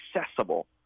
accessible